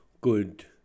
good